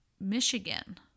Michigan